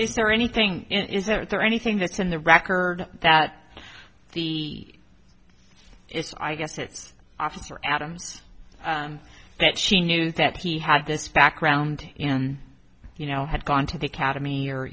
is there anything and is there anything that's in the record that he it's i guess it's officer adams and that she knew that he had this background you know had gone to the academy or